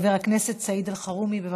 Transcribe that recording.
חבר הכנסת סעיד אלחרומי, בבקשה.